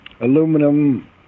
aluminum